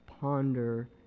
ponder